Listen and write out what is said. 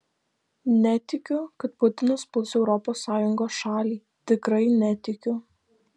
netikiu kad putinas puls europos sąjungos šalį tikrai netikiu